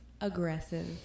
aggressive